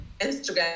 instagram